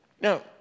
Now